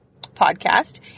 podcast